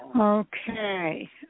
Okay